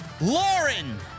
Lauren